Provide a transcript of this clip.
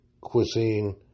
cuisine